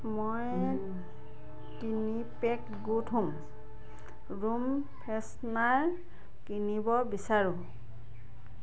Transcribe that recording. মই তিনি pack good home room freshener কিনিব বিচাৰোঁ